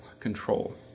control